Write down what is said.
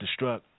destruct